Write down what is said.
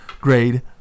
Grade